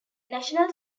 national